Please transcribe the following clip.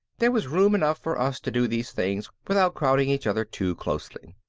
there was room enough for us to do these things without crowding each other too closely.